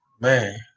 man